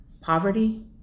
poverty